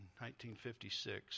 1956